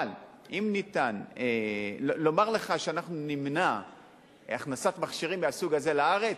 אבל לומר לך שאנחנו נמנע הכנסת מכשירים מהסוג הזה לארץ?